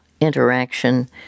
interaction